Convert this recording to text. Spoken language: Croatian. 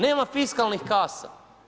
Nema fiskalnih kasa.